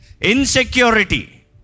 Insecurity